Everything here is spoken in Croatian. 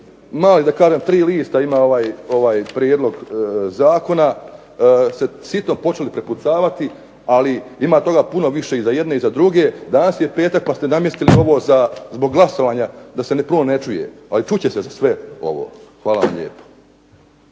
mali, tri lista ima ovaj prijedlog zakona, ste sitno počeli prepucavati, ali ima toga puno više i za jedne i za druge. Danas je petak pa ste namjestili ovo zbog glasovanja da se ovo ne čuje, ali čut će se za sve ovo. Hvala vam lijepo.